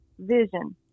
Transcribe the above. Vision